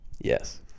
yes